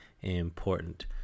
important